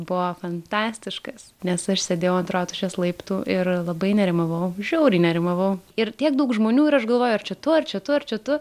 buvo fantastiškas nes aš sėdėjau ant rotušės laiptų ir labai nerimavau žiauriai nerimavau ir tiek daug žmonių ir aš galvoju ar čia tu ar čia tu ar čia tu